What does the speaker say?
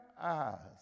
eyes